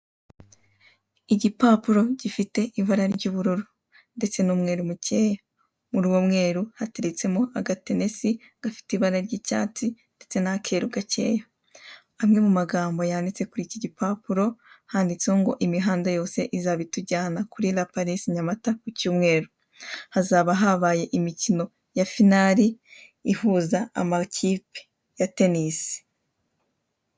Igipapuro gifite ibara ry'ubururu ndetse n'umweru mukeya. Muri uwo mweru hateretsemo agatenesi gafite ibara ry'icyatsi ndetse n'akeru gakeya. Amwe mu magambo yanditse kuri iki gipapuro handitseho ngo imihanda yose izaba itujyana kuri La Palisse Nyamata ku cyumweru. Hazaba habaye imikino ya finari ihuza amakipe ya tenisi.